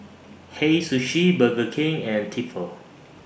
Hei Sushi Burger King and Tefal